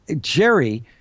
Jerry